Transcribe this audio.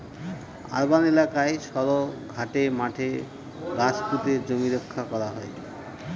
urban এলাকায় সড়ক, ঘাটে, মাঠে গাছ পুঁতে জমি রক্ষা করা হয়